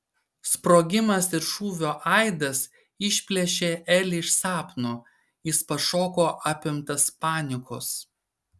sprogimas ir šūvio aidas išplėšė elį iš sapno jis pašoko apimtas panikos